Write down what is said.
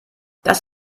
das